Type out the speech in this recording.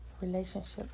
relationships